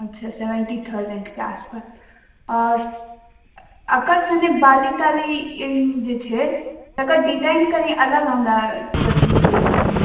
अच्छा सेवेंटी थाउजैंडके आस पास आओर एकर सङ्गे बाली ताली जे छै तकर डिजाइन कनि अलग हमरा पसीन पड़ि रहल अछि